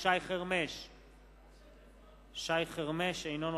של חבר הכנסת אורון לסעיף 61(2). נא להצביע,